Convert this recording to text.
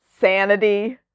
sanity